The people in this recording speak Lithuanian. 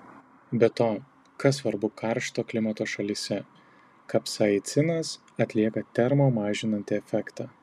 be to kas svarbu karšto klimato šalyse kapsaicinas atlieka termo mažinantį efektą